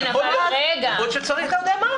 זו המציאות, אני חייב להגיד אותה.